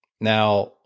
Now